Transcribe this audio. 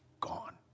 gone